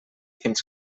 fins